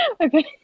Okay